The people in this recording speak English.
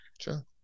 Sure